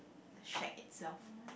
like shake itself